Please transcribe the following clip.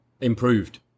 improved